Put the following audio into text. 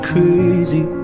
Crazy